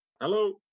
hello